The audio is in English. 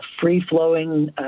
free-flowing